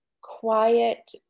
quiet